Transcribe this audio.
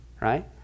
right